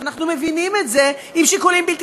אנחנו מבינים את זה אם שיקולים בלתי